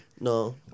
No